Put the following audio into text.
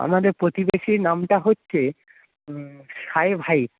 আমাদের প্রতিবেশীর নামটা হচ্ছে সাহেব হাইক